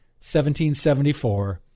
1774